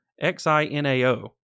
X-I-N-A-O